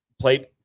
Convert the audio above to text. played